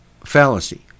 fallacy